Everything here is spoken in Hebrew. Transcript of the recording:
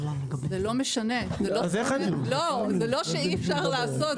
זה לא משנה, זה לא שאי אפשר לעשות.